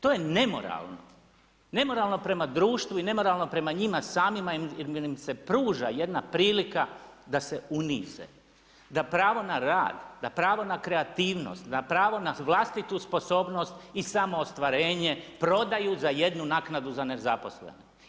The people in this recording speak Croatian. To je nemoralno, nemoralno prema društvu i nemoralno prema njima samima jer im se pruža jedna prilika da se unize, da pravo na rad, na pravo na kreativnost, na pravo na vlastitu sposobnost i samoostvarenje prodaju za jednu naknadu za nezaposlene.